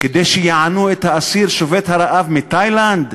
כדי שיענו את האסיר שובת הרעב, מתאילנד?